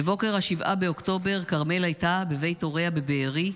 בבוקר 7 באוקטובר כרמל הייתה בבית הוריה בבארי,